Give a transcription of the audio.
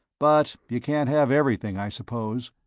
but you can't have everything, i suppose.